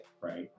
right